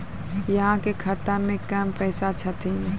अहाँ के खाता मे कम पैसा छथिन?